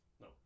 No